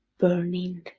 Burning